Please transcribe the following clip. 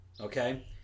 okay